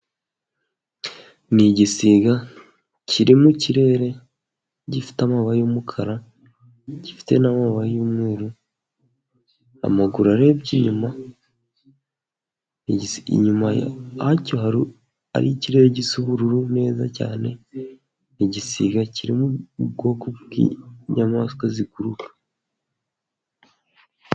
Ni igisiga kiri mu kirere gifite amaba y'umukara, gifite n'amababa y'umweru, amaguru arebye inyuma. Inyuma yacyo ari ikirere gisa n'ubururu neza cyane, ni igisiga kiri mu bwoko bw'inyamaswa zikururuka.